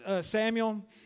Samuel